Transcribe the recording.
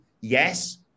yes